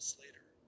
Slater